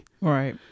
Right